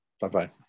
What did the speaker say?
bye-bye